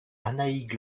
annaïg